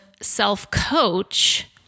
self-coach